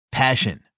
passion